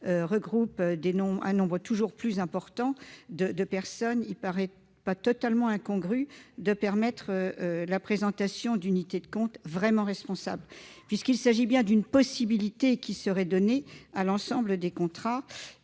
regroupent un nombre toujours plus important de personnes, il ne nous paraît pas tout à fait incongru de permettre la présentation d'unités de comptes véritablement responsables, puisqu'il s'agit bien d'une simple possibilité qui serait donnée à l'ensemble des contrats.